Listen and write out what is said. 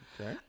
okay